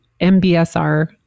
MBSR